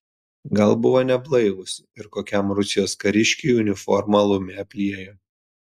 gal buvo neblaivūs ir kokiam rusijos kariškiui uniformą alumi apliejo